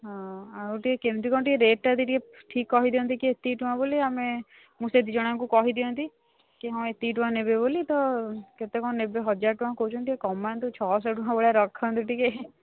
ହଁ ଆଉ ଟିକେ କେମିତି କ'ଣ ଟିକେ ରେଟ୍ଟା ଯଦି ଟିକେ ଠିକ୍ କହି ଦିଅନ୍ତେ କି ଏତିକି ଟଙ୍କା ବୋଲି ଆମେ ମୁଁ ସେ ଦୁଇ ଜଣଙ୍କୁ କହି ଦିଅନ୍ତି କି ହଁ ଏତିକି ଟଙ୍କା ନେବେ ବୋଲି ତ କେତେ କ'ଣ ନେବେ ହଜାର ଟଙ୍କା କୁହନ୍ତି ଟିକେ କମାନ୍ତୁ ଛଅଶହ ଟଙ୍କା ଭଳିଆ ରଖାନ୍ତୁ ଟିକେ